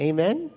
Amen